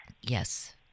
Yes